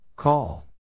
Call